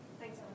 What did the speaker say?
Thanks